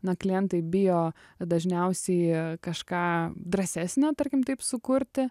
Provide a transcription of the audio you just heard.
na klientai bijo dažniausiai kažką drąsesnio tarkim taip sukurti